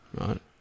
right